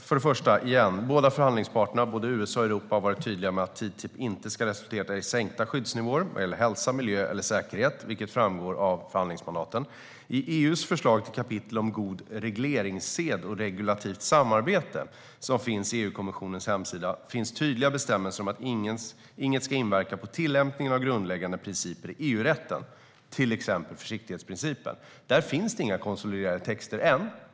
Herr talman! Återigen: Båda förhandlingsparterna, både USA och Europa, har varit tydliga med att TTIP inte ska resultera i sänkta skyddsnivåer när det gäller hälsa, miljö eller säkerhet, vilket framgår av förhandlingsmandaten. I EU:s förslag till kapitel om god regleringssed och regulativt samarbete som finns på EU-kommissionens hemsida finns tydliga bestämmelser om att inget ska inverka på tillämpningen av grundläggande principer i EU-rätten, till exempel försiktighetsprincipen. Där finns det inga konsoliderade texter än.